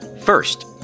First